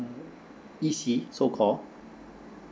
E_C so called